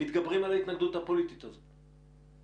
מתגברים על ההתנגדות הפוליטית הזאת?